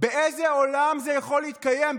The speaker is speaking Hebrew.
באיזה עולם זה יכול להתקיים?